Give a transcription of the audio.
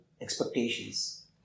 expectations